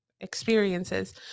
experiences